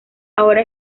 ahora